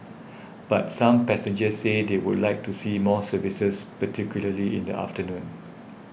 but some passengers said they would like to see more services particularly in the afternoon